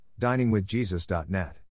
diningwithjesus.net